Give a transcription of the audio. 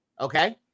Okay